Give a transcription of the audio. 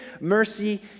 mercy